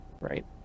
Right